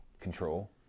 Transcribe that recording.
control